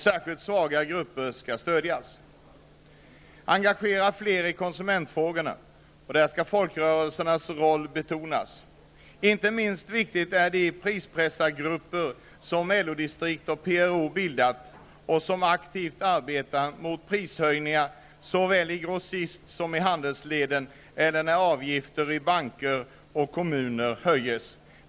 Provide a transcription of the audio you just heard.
Särskilt svaga grupper skall stödjas. Fler skall engageras i konsumentfrågorna. Där skall folkrörelsernas roll betonas. Inte minst viktiga är de prispressargrupper som LO-distrikt och PRO bildat och som aktivt arbetar mot prishöjningar såväl i grossist som i handelsleden eller i samband med höjningar av avgifter i banker.